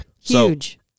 huge